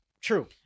True